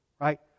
Right